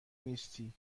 نیستی